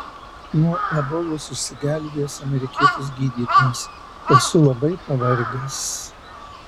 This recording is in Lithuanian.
nuo ebolos išsigelbėjęs amerikietis gydytojas esu labai pavargęs